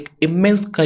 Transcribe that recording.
immense